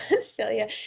Celia